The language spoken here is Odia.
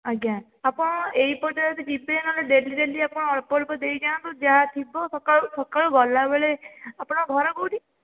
ଆଜ୍ଞା ଆପଣ ଏହି ପଟେ ଯଦି ଯିବେ ନହେଲେ ଡେଲି ଡେଲି ଆପଣ ଅଳ୍ପ ଅଳ୍ପ ଦେଇଯାଆନ୍ତୁ ଯାହା ଥିବ ସକାଳୁ ସକାଳୁ ଗଲା ବେଳେ ଆପଣଙ୍କ ଘର କେଉଁଠି